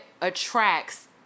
attracts